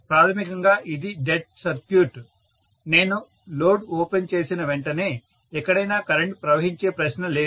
ప్రాథమికంగా ఇది dead circuit నేను లోడ్ ఓపెన్ చేసిన వెంటనే ఎక్కడైనా కరెంట్ ప్రవహించే ప్రశ్న లేదు